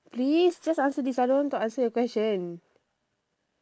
please just answer this I don't want to answer your question